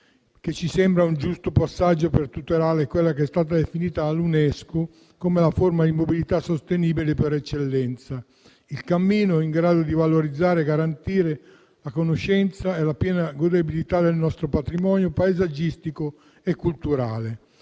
ci sembra un giusto passaggio per tutelare quella che è stata definita dall'UNESCO come la forma di mobilità sostenibile per eccellenza, il cammino, in grado di valorizzare e garantire la conoscenza e la piena godibilità del nostro patrimonio paesaggistico e culturale.